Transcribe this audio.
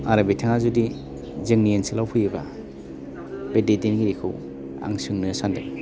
आरो बिथाङा जुदि जोंनि ओनसोलाव फैयोबा बे दैदेनगिरिखौ आं सोंनो सान्दों